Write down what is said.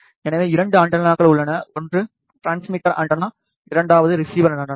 எனவே 2 ஆண்டெனாக்கள் உள்ளன ஒன்று டிரான்ஸ்மிட்டர் ஆண்டெனா இரண்டாவது ஒரு ரிசீவர் ஆண்டெனா